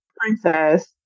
princess